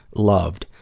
loved,